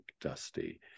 Dusty